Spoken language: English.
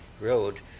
Road